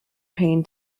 pain